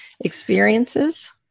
experiences